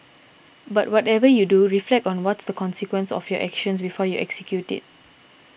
but whatever you do reflect on what's the consequences of your action before you execute it